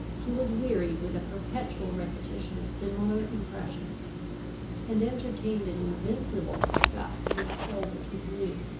he was wearied with a perpetual repetition of similar impressions and entertained an invincible disgust against all that was new.